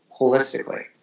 holistically